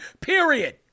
Period